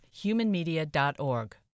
humanmedia.org